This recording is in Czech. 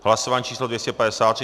Hlasování číslo 253.